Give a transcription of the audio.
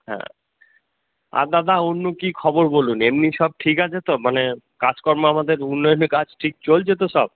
হ্যাঁ আর দাদা অন্য কী খবর বলুন এমনি সব ঠিক আছে তো মানে কাজকর্ম আমাদের উন্নয়নের কাজ ঠিক চলছে তো সব